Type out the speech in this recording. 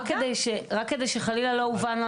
רק כדי שחלילה לא יובן לא